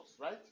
right